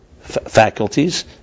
faculties